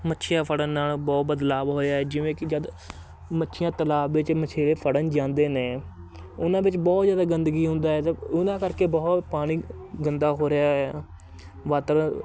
ਮੱਛੀਆਂ ਫੜਨ ਨਾਲ ਬਹੁਤ ਬਦਲਾਵ ਹੋਇਆ ਜਿਵੇਂ ਕਿ ਜਦ ਮੱਛੀਆਂ ਤਲਾਬ ਵਿੱਚ ਮਛੇਰੇ ਫੜਨ ਜਾਂਦੇ ਨੇ ਉਹਨਾਂ ਵਿੱਚ ਬਹੁਤ ਜ਼ਿਆਦਾ ਗੰਦਗੀ ਹੁੰਦਾ ਤਾਂ ਉਹਨਾਂ ਕਰਕੇ ਬਹੁਤ ਪਾਣੀ ਗੰਦਾ ਹੋ ਰਿਹਾ ਏ ਵਾਤਾਵਰਨ